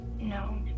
No